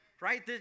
right